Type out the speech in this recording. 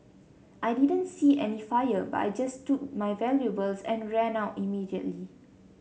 I didn't see any fire but I just took my valuables and ran out immediately